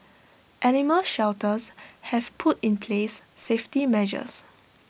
animal shelters have put in place safety measures